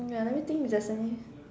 ya let me think if there's any